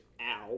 ow